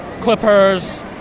clippers